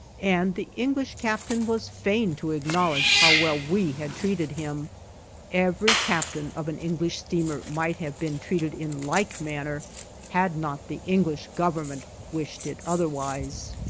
and the english captain was fain to acknowledge how well we had treated him every captain of an english steamer might have been treated in like manner had not the english government wished it otherwise.